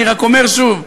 אני רק אומר שוב,